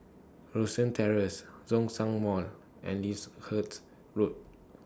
Rosyth Terrace Zhongshan Mall and Lyndhurst Road